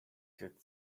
could